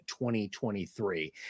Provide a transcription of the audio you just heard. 2023